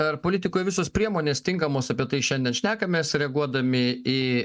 ar politikoj visos priemonės tinkamos apie tai šiandien šnekamės reaguodami į